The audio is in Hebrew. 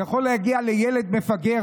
זה יכול להגיע לילד מפגר,